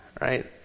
Right